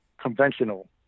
conventional